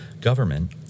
Government